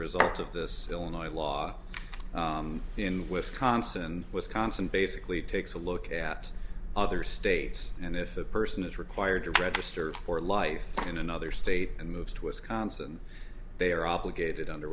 result of this illinois law in wisconsin wisconsin basically takes a look at other states and if that person is required to register for life in another state and move to wisconsin they are obligated under